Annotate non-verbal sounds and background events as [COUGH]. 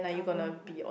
I'll go [NOISE]